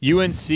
UNC